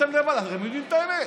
אתם לבד, אתם יודעים את האמת,